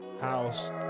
House